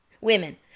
Women